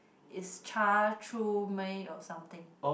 it's Cha Tru May or something